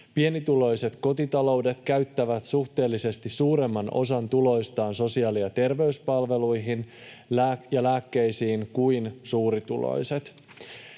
Pienituloiset kotitaloudet käyttävät suhteellisesti suuremman osan tuloistaan sosiaali- ja terveyspalveluihin ja lääkkeisiin kuin suurituloiset,